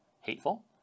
hateful